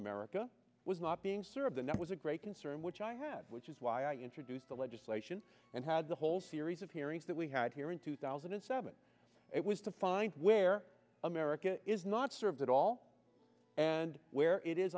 america was not being sort of the net was a great concern which i have which is why i introduced the legislation and had the whole series of hearings that we had here in two thousand and seven it was to find where america is not served at all and where it is